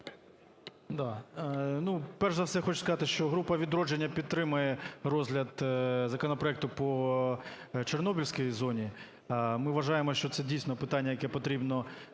В.В. Ну, перш за все, хочу сказати, що Група "Відродження" підтримує розгляд законопроекту по Чорнобильській зоні, ми вважаємо, що це дійсно питання, яке потрібно